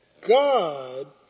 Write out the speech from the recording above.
God